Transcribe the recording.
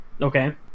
Okay